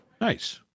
Nice